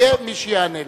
יהיה מי שיענה לו.